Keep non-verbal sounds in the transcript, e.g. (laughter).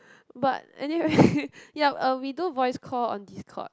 but anyway (breath) yup uh we do voice call on Discord